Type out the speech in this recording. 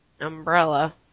umbrella